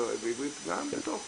גם בתוך